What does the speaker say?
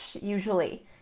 usually